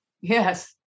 Yes